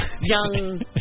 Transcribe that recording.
young